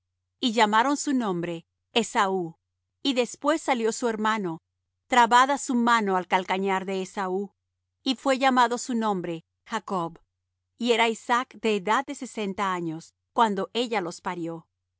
y llamaron su nombre esaú y después salió su hermano trabada su mano al calcañar de esaú y fué llamado su nombre jacob y era isaac de edad de sesenta años cuando ella los parió